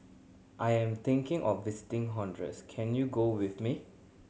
I am thinking of visiting Honduras can you go with me